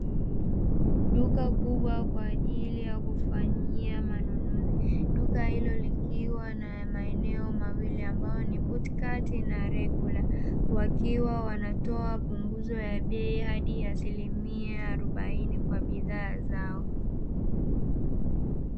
Duka kubwa kwa ajili ya kufanyia manunuzi. Duka hilo likiwa na maeneo mawili ambayo ni Buti kato na regula, wakiwa wanatoa punguzo la bei hadi asilimia arobaini kwa bidhaa zao.